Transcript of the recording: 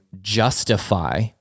justify